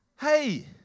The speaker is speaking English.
Hey